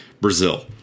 Brazil